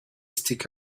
stick